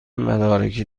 مدارکی